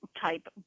type